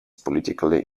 politically